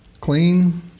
clean